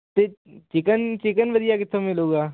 ਅਤੇ chicken chicken ਵਧੀਆ ਕਿੱਥੋਂ ਮਿਲੂਗਾ